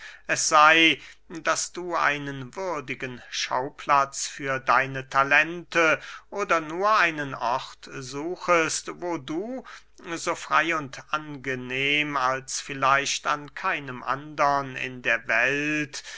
es sey daß du einen würdigen schauplatz für deine talente oder nur einen ort suchest wo du so frey und angenehm als vielleicht an keinem andern in der welt